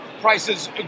prices